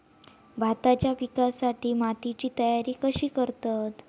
भाताच्या पिकासाठी मातीची तयारी कशी करतत?